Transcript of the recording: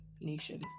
nation